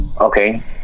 Okay